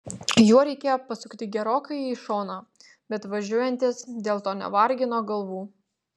juo reikėjo pasukti gerokai į šoną bet važiuojantys dėl to nevargino galvų